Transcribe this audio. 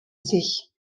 sich